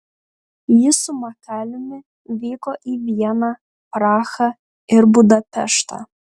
ji su makaliumi vyko į vieną prahą ir budapeštą